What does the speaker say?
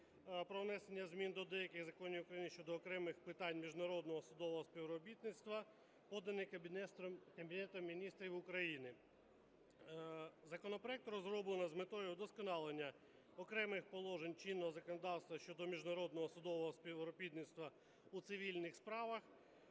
про внесення змін до деяких законодавчих актів України щодо окремих питань міжнародного судового співробітництва, поданий Кабінетом Міністрів України. Законопроект розроблено з метою вдосконалення окремих положень чинного законодавства щодо міжнародного судового співробітництва у цивільних справах.